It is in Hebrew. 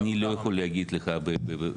אני לא יכול להגיד לך פרטים.